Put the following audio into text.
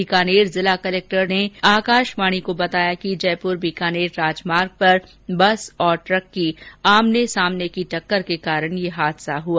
बीकानेर जिला कलेक्टर ने आकाशवाणी को बताया कि जयपुर बीकानेर राजमार्ग पर बस और ट्रंक आमने सामने की टक्कर के कारण ये हादसा हुआ